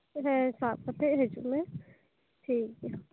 ᱦᱮᱸ ᱥᱟᱵ ᱠᱟᱛᱮ ᱦᱤᱡᱩᱜ ᱢᱮ ᱴᱷᱤᱠ ᱜᱮᱭᱟ